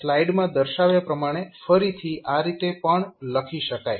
આને સ્લાઈડ માં દર્શાવ્યા પ્રમાણે ફરીથી આ રીતે પણ લખી શકાય